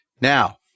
now